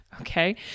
Okay